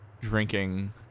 drinking